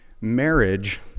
Marriage